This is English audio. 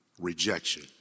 Rejection